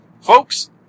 Folks